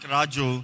Raju